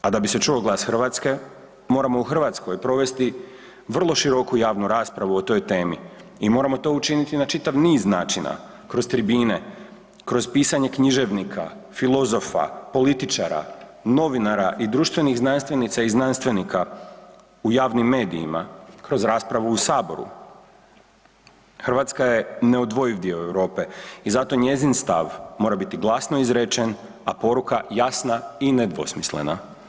A da bi se čuo glas Hrvatske, moramo u Hrvatskoj provesti vrlo široku javnu raspravu o toj temi i moramo to učiniti na čitav niz načina, kroz tribine, kroz pisanje književnika, filozofa, političara, novinara i društvenih znanstvenica i znanstvenika u javnim medijima kroz raspravu u Saboru, Hrvatska je neodvojiv dio Europe i zato njezin stav mora biti glasno izrečen, a poruka jasna i nedvosmislena.